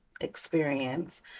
Experience